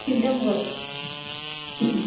ঠিক দাম কওক